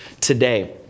today